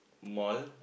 mall